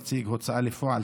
נציגת ההוצאה לפועל,